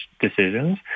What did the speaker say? decisions